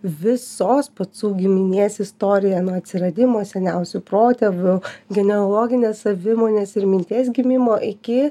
visos pacų giminės istoriją nuo atsiradimo seniausių protėvių genealoginės savimonės ir minties gimimo iki